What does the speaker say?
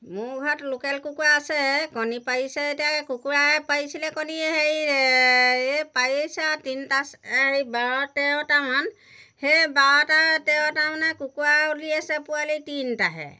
মোৰ ঘৰত লোকেল কুকুৰা আছে কণী পাৰিছে এতিয়া এই কুকুৰাই পাৰিছিলে কণী হেৰি পাইছে আৰু তিনিটা হেৰি বাৰ তেৰটামান সেই বাৰটা তেৰটা মানে কুকুৰা উলিয়াইছে পোৱালি তিনিটাহে